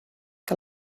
que